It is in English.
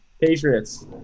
Patriots